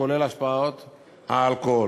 כולל השפעות האלכוהול.